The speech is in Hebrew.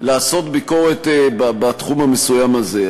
לעשות ביקורת בתחום המסוים הזה.